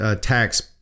tax